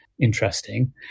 interesting